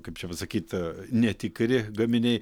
kaip čia pasakyt netikri gaminiai